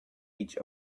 each